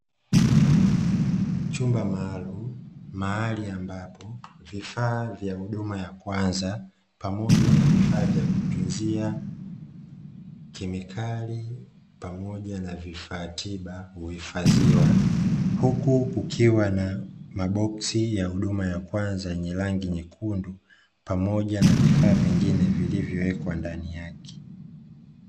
Chumba maalumu mahali ambapo, vifaa vya huduma ya kwanza pamoja na vifaa vya kutunzia kemikali pamoja na vifaa tiba huhifadhiwa. Huku kukiwa na maboksi ya huduma ya kwanza yenye rangi nyekundu, pamoja na vifaa vingine vilivyowekwa ndani yake.